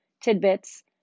tidbits